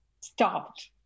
stopped